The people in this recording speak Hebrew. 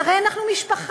הרי אנחנו משפחה,